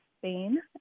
Spain